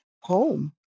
home